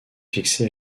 fixé